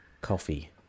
coffee